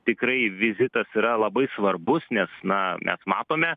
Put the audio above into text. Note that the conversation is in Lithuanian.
tikrai vizitas yra labai svarbus nes na mes matome